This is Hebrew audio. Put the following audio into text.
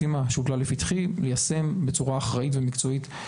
אתחיל בסוגיית השכר.